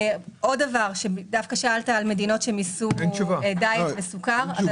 עוד דבר, שאלת על מדינות שמיסו דיאט וסוכר.